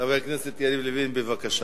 חבר הכנסת יריב לוין, בבקשה.